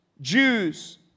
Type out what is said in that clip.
Jews